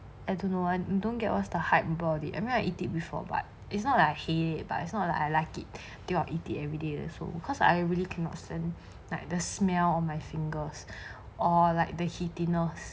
I don't know I don't get was the hype about it and when I eat it before but it's not that I hate it but it's not like I like it eat the everyday so cause I really cannot stand like the smell on my fingers or like the heatiness